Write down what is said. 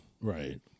Right